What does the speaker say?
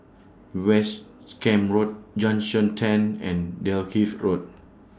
West Camp Road Junction ten and Dalkeith Road